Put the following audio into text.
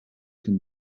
can